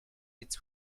its